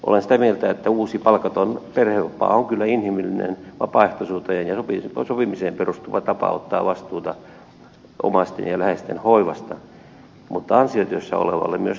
olen sitä mieltä että uusi palkaton perhevapaa on kyllä inhimillinen vapaaehtoisuuteen ja sopimiseen perustuva tapa ottaa vastuuta omaisten ja läheisten hoivasta mutta ansiotyössä olevalle se on myös taloudellinen riski